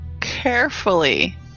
carefully